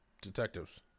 detectives